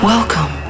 Welcome